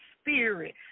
Spirit